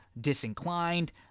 Disinclined